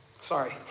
Sorry